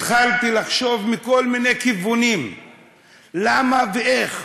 התחלתי לחשוב מכל מיני כיוונים למה ואיך.